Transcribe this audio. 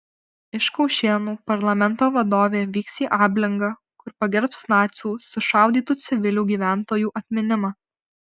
iš kaušėnų parlamento vadovė vyks į ablingą kur pagerbs nacių sušaudytų civilių gyventojų atminimą